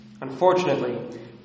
Unfortunately